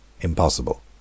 Impossible